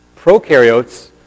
prokaryotes